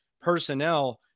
personnel